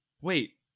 Wait